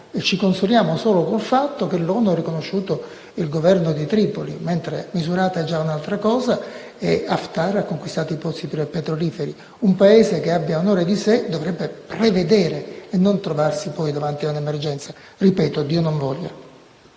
Ci consoliamo solo con il fatto che l'ONU ha riconosciuto il Governo di Tripoli, mentre Misurata è già un'altra cosa e Haftar ha conquistato i pozzi petroliferi. Un Paese che abbia onore di sé dovrebbe prevedere e non trovarsi poi di fronte a un'emergenza. Ripeto: Dio non voglia!